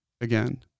again